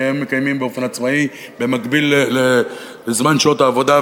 שהם מקיימים באופן עצמאי במקביל לזמן שעות העבודה,